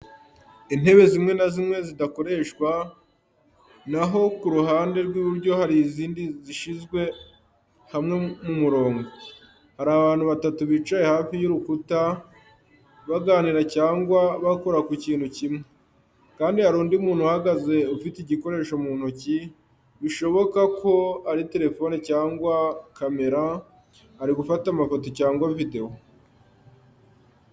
Intebe zimwe zidakoreshwa, na ho ku ruhande rw’iburyo hari izindi zishyizwe hamwe mu mirongo. Hari abantu batatu bicaye hafi y’urukuta, baganira cyangwa bakora ku kintu kimwe, kandi hari undi muntu uhagaze ufite igikoresho mu ntoki, bishoboka ko ari telefone cyangwa kamera, ari gufata amafoto cyangwa videwo.